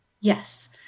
Yes